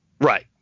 Right